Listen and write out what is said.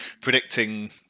predicting